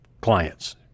clients